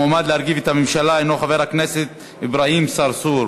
המועמד להרכיב את הממשלה הוא חבר הכנסת אברהים צרצור.